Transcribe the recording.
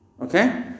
Okay